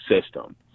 system